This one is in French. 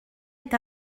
est